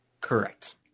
Correct